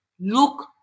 look